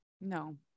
No